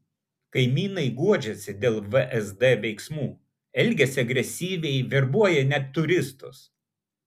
kaimynai guodžiasi dėl vsd veiksmų elgiasi agresyviai verbuoja net turistus